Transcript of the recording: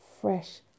Fresh